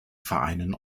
vereinen